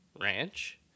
ranch